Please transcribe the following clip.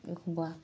एखमबा